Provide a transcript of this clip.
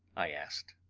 i asked.